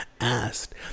asked